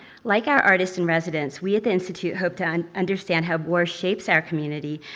like our artist-in-residence, we at the institute hope to and understand how war shapes our community,